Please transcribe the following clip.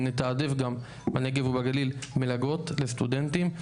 גם נתעדף בנגב ובגליל מלגות לסטודנטים.